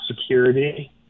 security